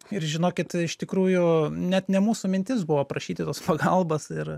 ir žinokit iš tikrųjų net ne mūsų mintis buvo prašyti tos pagalbos ir